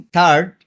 Third